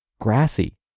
grassy